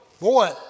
boy